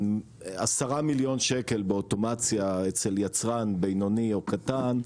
10 מיליון שקלים באוטומציה אצל יצרן בינוני או קטן,